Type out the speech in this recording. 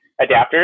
adapters